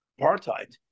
apartheid